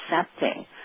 accepting